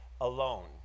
alone